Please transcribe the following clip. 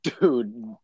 Dude